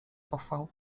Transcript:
pochwał